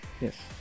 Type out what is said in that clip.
yes